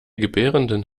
gebärenden